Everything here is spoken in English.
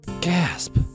Gasp